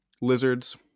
lizards